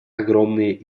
огромные